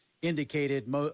indicated